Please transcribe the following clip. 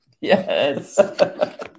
Yes